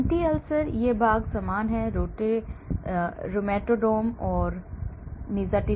Antiulcer यह भाग समान है ramotodome and nizatidine